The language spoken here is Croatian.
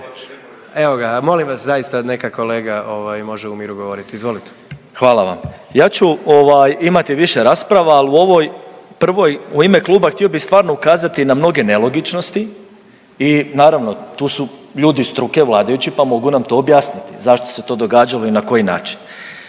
Evo ga, molim vas zaista neka kolega ovaj može u miru govoriti, izvolite./… Hvala vam. Ja ću ovaj imati više rasprava, al u ovoj prvoj u ime kluba htio bi stvarno ukazati na mnoge nelogičnosti i naravno tu su ljudi struke vladajući, pa mogu nam to objasniti zašto se to događalo i na koji način.